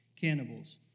cannibals